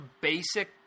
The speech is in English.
basic